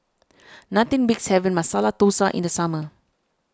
nothing beats having Masala Dosa in the summer